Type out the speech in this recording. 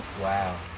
Wow